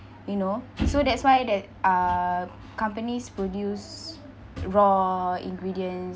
you know so that's why that uh companies produce raw ingredients